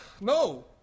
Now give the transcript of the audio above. No